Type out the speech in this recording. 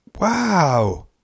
Wow